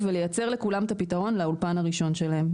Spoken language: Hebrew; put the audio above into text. לייצר לכולם את הפתרון לאולפן הראשון שלהם,